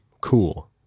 cool